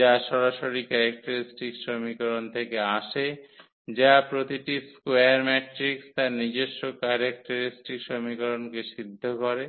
যা সরাসরি ক্যারেক্টারিস্টিক্স সমীকরণ থেকে আসে যা প্রতিটি স্কোয়ার ম্যাট্রিক্স তার নিজস্ব ক্যারেক্টারিস্টিক্স সমীকরণকে সিদ্ধ করে